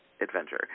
adventure